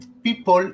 People